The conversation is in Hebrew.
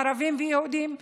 ערבים ויהודים כאחד,